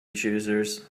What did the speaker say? choosers